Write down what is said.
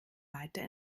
weiter